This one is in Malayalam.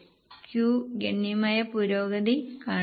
Q ഗണ്യമായ പുരോഗതി കാണിച്ചു